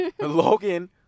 Logan